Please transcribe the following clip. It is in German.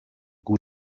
gut